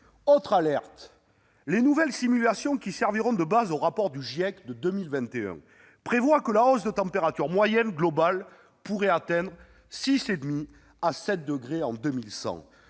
Autre alerte, les nouvelles simulations qui serviront de base au rapport du GIEC de 2021 prévoient que la hausse de température moyenne globale pourrait atteindre 6,5 à 7 degrés en 2100.